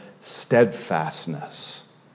steadfastness